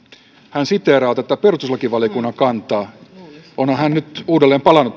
hän siteeraa tätä perustuslakivaliokunnan kantaa onhan hän nyt uudelleen palannut